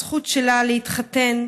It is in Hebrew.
הזכות שלה להתחתן,